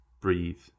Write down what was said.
breathe